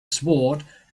sword